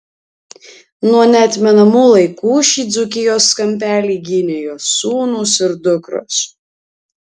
nuo neatmenamų laikų šį dzūkijos kampelį gynė jos sūnūs ir dukros